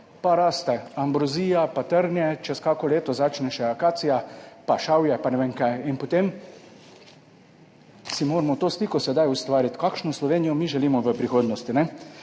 pa raste ambrozija, pa trnje, čez kakšno leto začne še akacija, pa šavje, pa ne vem kaj in potem si moramo to sliko sedaj ustvariti, kakšno Slovenijo mi želimo v prihodnosti,